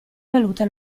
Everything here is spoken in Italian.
valuta